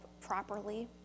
properly